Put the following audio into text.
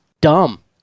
dumb